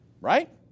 right